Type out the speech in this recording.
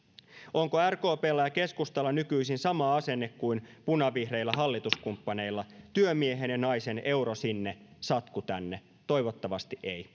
onko rkpllä ja keskustalla nykyisin sama asenne kuin punavihreillä hallituskumppaneilla työmiehen ja naisen euro sinne satku tänne toivottavasti ei